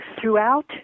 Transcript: throughout